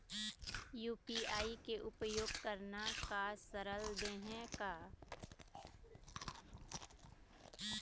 UPI के उपयोग करना का सरल देहें का?